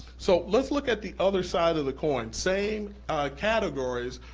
so let's look at the other side of the coin. same categories,